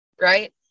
right